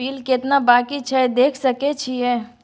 Bill केतना बाँकी छै देख सके छियै?